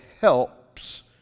helps